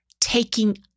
taking